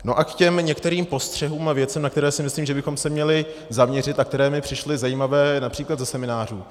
No a k těm některým postřehům a věcem, na které si myslím, že bychom se měli zaměřit a které mi přišly zajímavé například ze seminářů.